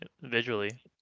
visually